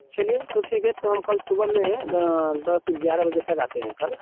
चलिए तो ठीक है तो हम कल सुबह में दस ग्यारह बजे तक आते हैं कल